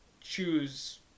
choose